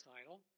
title